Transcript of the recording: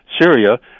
Syria